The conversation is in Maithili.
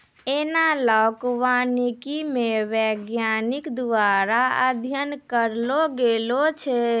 एनालाँक वानिकी मे वैज्ञानिक द्वारा अध्ययन करलो गेलो छै